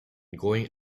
going